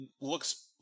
looks